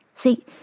See